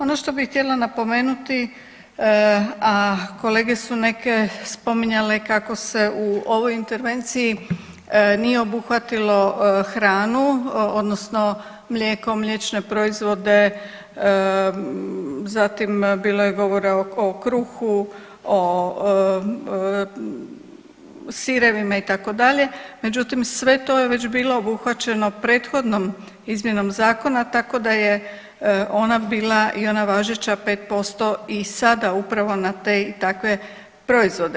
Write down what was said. Ono što bih htjela napomenuti, a kolege su neke spominjale kako se u ovoj intervenciji nije obuhvatilo hranu odnosno mlijeko, mliječne proizvode zatim bilo je govora o kruhu, o sirevima itd. međutim sve to je već bilo obuhvaćeno prethodnom izmjenom zakona tako da je ona bila i ona važeća 5% i sada upravo na te i takve proizvode.